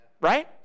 right